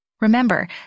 Remember